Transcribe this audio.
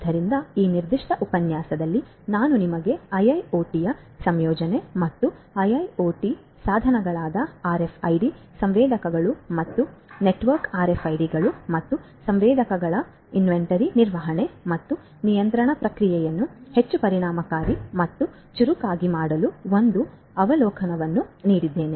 ಆದ್ದರಿಂದ ಈ ನಿರ್ದಿಷ್ಟ ಉಪನ್ಯಾಸದಲ್ಲಿ ನಾನು ನಿಮಗೆ IIoT ಯ ಸಂಯೋಜನೆ ಮತ್ತು IIoT ಸಾಧನಗಳಾದ RFID ಸಂವೇದಕಗಳು ಮತ್ತು ನೆಟ್ವರ್ಕ್ RFID ಗಳು ಮತ್ತು ಸಂವೇದಕಗಳ ಇನ್ವೆಂಟರಿ ನಿರ್ವಹಣೆ ಮತ್ತು ನಿಯಂತ್ರಣ ಪ್ರಕ್ರಿಯೆಯನ್ನು ಹೆಚ್ಚು ಪರಿಣಾಮಕಾರಿ ಮತ್ತು ಚುರುಕಾಗಿ ಮಾಡಲು ಒಂದು ಅವಲೋಕನವನ್ನು ನೀಡಿದ್ದೇನೆ